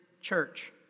church